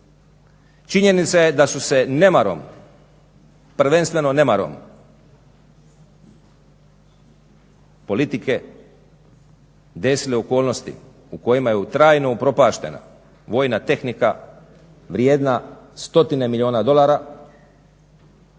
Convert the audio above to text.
Činjenica je da su se nemarom, prvenstveno nemarom politike desile okolnosti u kojima je trajno upropaštena vojna tehnika vrijedna stotine milijuna dolara